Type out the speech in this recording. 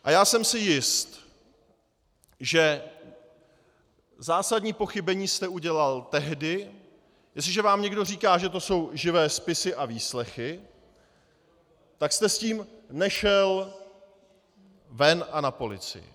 A já jsem si jist, že zásadní pochybení jste udělal tehdy, jestliže vám někdo říká, že to jsou lživé spisy a výslechy, že jste s tím nešel ven a na policii.